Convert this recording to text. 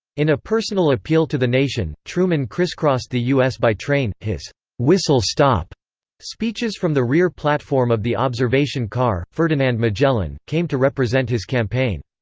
in a personal appeal to the nation, truman crisscrossed the u s. by train his whistle stop speeches from the rear platform of the observation car, ferdinand magellan, came to represent his campaign.